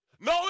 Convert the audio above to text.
No